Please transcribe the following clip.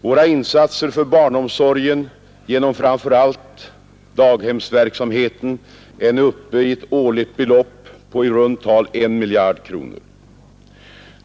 Våra insatser för barnomsorgen genom framför allt daghemsverksamheten är nu uppe i ett årligt belopp på i runt tal 1 miljard kronor.